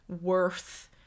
worth